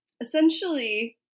essentially